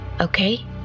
okay